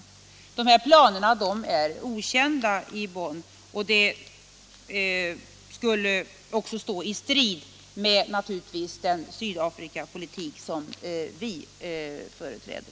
Dessa planer är okända i Bonn. De skulle naturligtvis också stå i strid med den Sydafrikapolitik som de företräder.